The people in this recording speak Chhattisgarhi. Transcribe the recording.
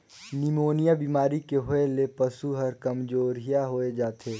निमोनिया बेमारी के होय ले पसु हर कामजोरिहा होय जाथे